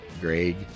greg